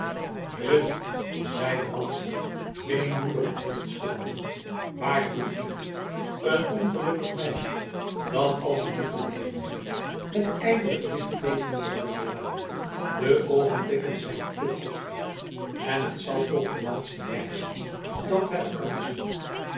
ridder zeide madzy weemoedig het hoofd schuddende waartoe dient het een ongelukkig meisje dat al genoeg geleden heeft met ijdele plichtplegingen te overladen de oogenblikken zijn te kostbaar en het zal toch de laatste reis zijn dat wij elkander zien